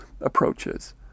approaches